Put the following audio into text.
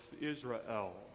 Israel